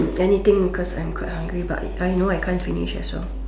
anything cause I'm quite hungry but I know I can't finish as well